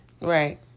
Right